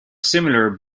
similar